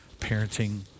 parenting